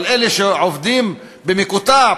אבל אלה שעובדים במקוטע,